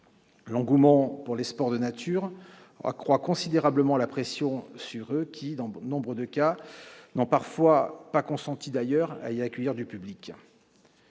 L'engouement pour les sports de nature accroît considérablement la pression sur eux qui, dans nombre de cas, n'ont parfois pas consenti à y accueillir du public.